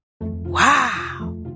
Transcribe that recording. Wow